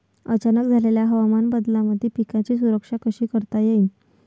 अचानक झालेल्या हवामान बदलामंदी पिकाची सुरक्षा कशी करता येईन?